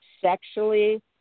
sexually